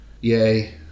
Yay